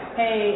hey